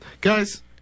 guys